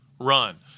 run